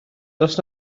dros